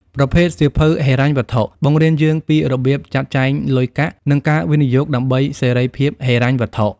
ប្រភេទសៀវភៅហិរញ្ញវត្ថុ បង្រៀនយើងពីរបៀបចាត់ចែងលុយកាក់ និងការវិនិយោគដើម្បីសេរីភាពហិរញ្ញវត្ថុ។